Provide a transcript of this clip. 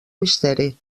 misteri